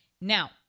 Now